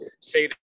say